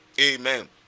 Amen